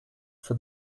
for